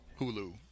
Hulu